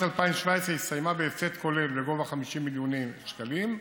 2017 הסתיימה בהפסד כולל בגובה 50 מיליוני שקלים,